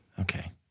Okay